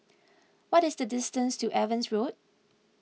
what is the distance to Evans Road